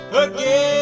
again